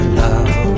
love